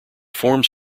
forms